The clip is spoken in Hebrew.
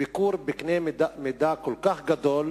לביקור בקנה מידה כל כך גדול,